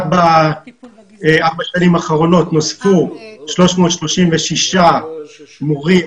רק בארבע השנים האחרונות נוספו 336 מורים